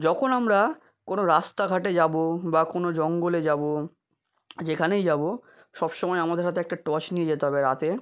যখন আমরা কোনো রাস্তা ঘাটে যাবো বা কোনো জঙ্গলে যাবো যেখানেই যাবো সব সময় আমাদের হাতে একটা টর্চ নিয়ে যেতে হবে রাতে